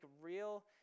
real